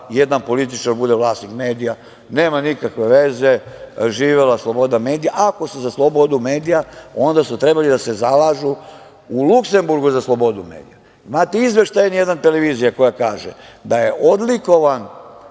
jedan političar bude vlasnik medija, nema nikakve veze, živela sloboda medija. Ako su za slobodu medija, onda je trebalo da se zalažu u Luksemburgu za slobodu medija. Imate izveštaj N1 televizije koja kaže da je odlikovan